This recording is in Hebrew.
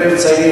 הם מציינים,